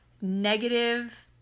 negative